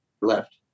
left